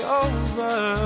over